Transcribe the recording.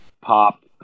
pop